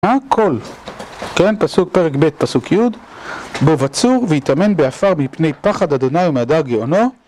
הכל, כן? פסוק... פרק ב' פסוק י': "בוא בצור והטמן בעפר מפני פחד ה' ומהדר גאונו"